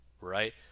right